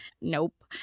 Nope